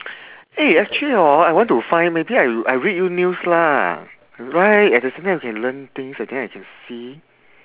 eh actually hor I want to find maybe I I read you news lah right at the same time we can learn things uh then I can see